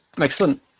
Excellent